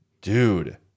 Dude